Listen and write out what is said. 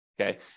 Okay